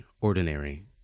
ordinary